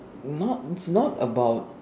not not it's not about